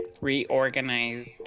reorganized